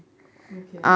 okay